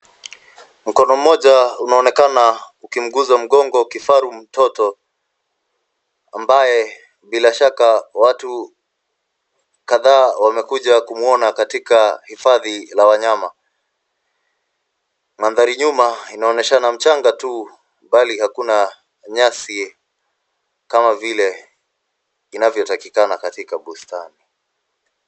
Mkono mmoja unaonekana ukimguza mgongo kifaru mtoto ambaye bila shaka watu kadhaa wamekuja kumwona katika hifadhi la wanyama. Mandhari nyuma inaonyeshana mchanga tu bali hakuna nyasi kama vile anavyotakikana katika bustani.